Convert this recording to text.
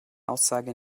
aussage